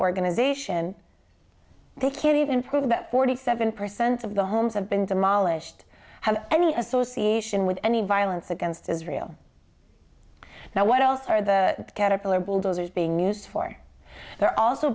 organization they can't even prove that forty seven percent of the homes have been demolished have any association with any violence against israel now what else are the caterpillar bulldozers being used for they're also